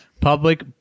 public